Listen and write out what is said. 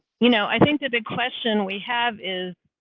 you know, i think the big question we have is.